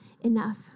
enough